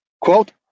Quote